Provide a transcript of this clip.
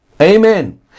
Amen